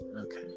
okay